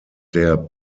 der